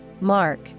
Mark